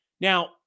Now